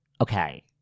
okay